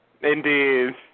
indeed